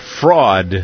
fraud